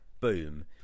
boom